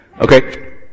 Okay